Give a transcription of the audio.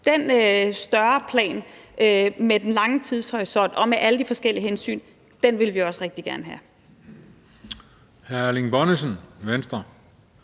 Den større plan med den lange tidshorisont og med alle de forskellige hensyn vil vi også rigtig gerne have.